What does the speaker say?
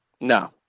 No